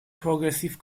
progressive